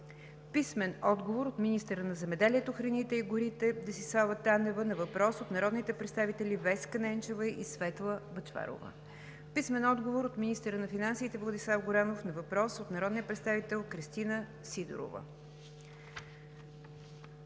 Генов; - министъра на земеделието, храните и горите Десислава Танева на въпрос от народните представители Веска Ненчева и Светла Бъчварова; - министъра на финансите Владислав Горанов на въпрос от народния представител Кристина Сидерова.